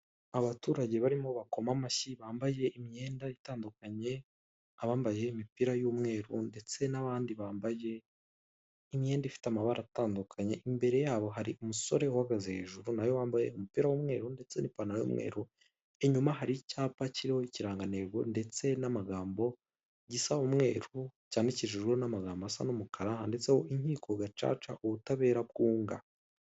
Abaturage barimo bakoma amashyi bambaye imyenda itandukanye, abambaye imipira y'umweru ndetse nabandi bambaye imyenda ifite amabara atandukanye, imbere yabo hari umusore nawe wambaye umupira w'umweru ndetse n'ipanaro y'umweru. Inyuma hari icyapa kiriho n'ikirangantego, ndetse n'amagagambo gisa umweru, cyandikishijweho n'amagambo asa n'umukara, handitseho inkiko gacaca ubutabera bwunga.